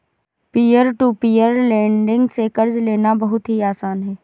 peer to peer lending से कर्ज लेना बहुत ही आसान है